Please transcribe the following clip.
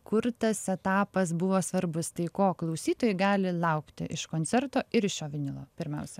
kur tas etapas buvo svarbus tai ko klausytojai gali laukti iš koncerto ir iš šio vinilo pirmiausia